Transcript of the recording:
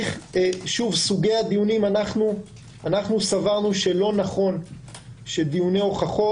סוגי הדיונים - סברנו שלא נכון שדיוני הוכחות,